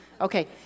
Okay